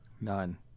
none